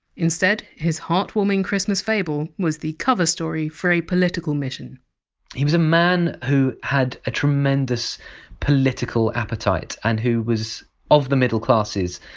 instead, his heartwarming christmas fable was the cover story for a political mission he was a man who had a tremendous political appetite and who was of the middle classes,